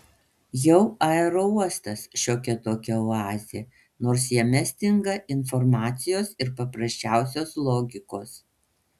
jau aerouostas šiokia tokia oazė nors jame stinga informacijos ir paprasčiausios logikos